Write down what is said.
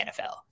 NFL